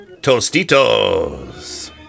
Tostitos